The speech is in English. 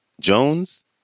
Jones